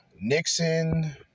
Nixon